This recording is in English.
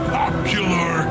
popular